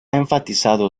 enfatizado